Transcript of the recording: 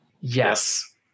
Yes